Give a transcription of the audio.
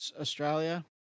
Australia